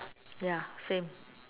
ya same